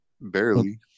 Barely